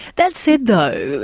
that said though,